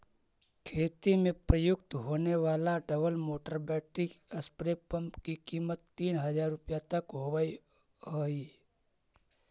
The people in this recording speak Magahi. खेती में प्रयुक्त होने वाले double motor battery spray pump की कीमत तीन हज़ार रुपया तक होवअ हई